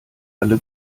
alle